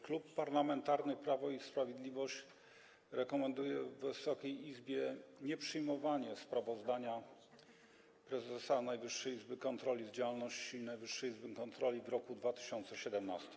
Klub Parlamentarny Prawo i Sprawiedliwość rekomenduje Wysokiej Izbie nieprzyjmowanie sprawozdania prezesa Najwyższej Izby Kontroli z działalności Najwyższej Izby Kontroli w roku 2017.